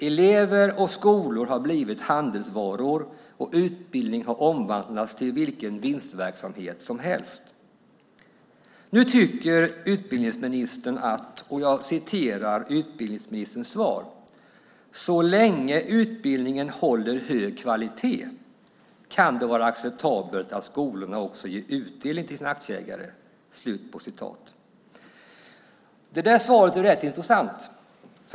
Elever och skolor har blivit handelsvaror, och utbildning har omvandlats till vilken vinstverksamhet som helst. Nu tycker utbildningsministern att "så länge utbildningen håller hög kvalitet kan det vara acceptabelt att skolorna också ger utdelning till sina aktieägare". Det svaret är rätt intressant.